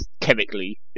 chemically